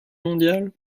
mondiale